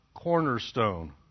cornerstone